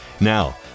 Now